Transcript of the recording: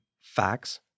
facts